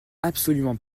absolument